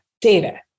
data